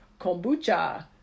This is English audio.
kombucha